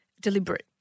deliberate